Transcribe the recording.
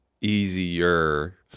easier